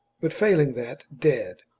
but, failing that, dead.